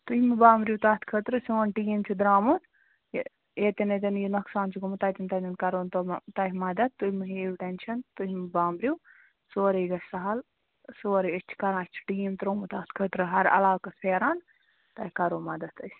تُہۍ مہٕ بامبرِو تَتھ خٲطرٕ سون ٹیٖم چھُ درٛامُت یہِ ییٚتٮ۪ن ییٚتٮ۪ن یہِ نۄقصان چھُ گوٚمُت تَتنٕے تَتٮ۪ن کَرون تِمہٕ تۄہہِ مَدت تُہۍ مہٕ ہیٚیِو ٹٮ۪نٛشَن تُہۍ مہٕ بامبرِو سورُے گژھِ سَہل سورُے أسۍ چھِ کران اَسہِ چھُ ٹیٖم ترٛومُت تَتھ خٲطرٕ ہر علاقَس پھیران تۄہہِ کرو مدتھ أسۍ